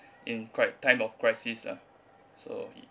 in cri~ time of crisis ah so it